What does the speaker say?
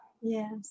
Yes